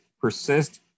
persist